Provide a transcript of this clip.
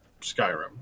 Skyrim